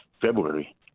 February